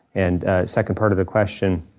and second part of the question,